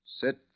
Sit